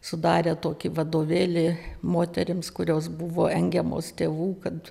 sudarė tokį vadovėlį moterims kurios buvo engiamos tėvų kad